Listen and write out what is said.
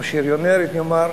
או ה"שריונרית", נאמר.